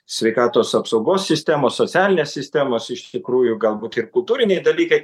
sveikatos apsaugos sistemos socialinės sistemos iš tikrųjų galbūt ir kultūriniai dalykai